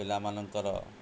ପିଲାମାନଙ୍କର